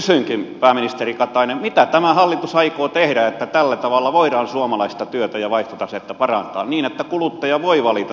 kysynkin pääministeri katainen mitä tämä hallitus aikoo tehdä että tällä tavalla voidaan suomalaista työtä ja vaihtotasetta parantaa niin että kuluttaja voi valita suomalaisen tuotteen